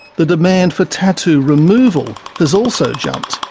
the demand for tattoo removal has also jumped.